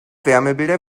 wärmebilder